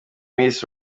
miss